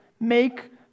make